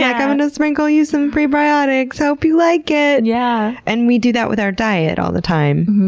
yeah gonna sprinkle you some prebiotics! i hope you like it! and yeah and we do that with our diet all the time.